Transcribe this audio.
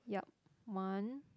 yup one